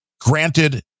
granted